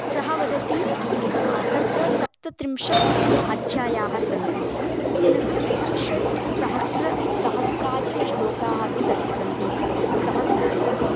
सः वदति तत्र सप्त त्रिंशत् अध्यायाः सन्ति इति पुनः षट् सहस्रं सहस्राधिक श्लोकाः अपि तत्र सन्ति इति सः सूचयति